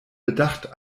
bedacht